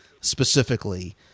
specifically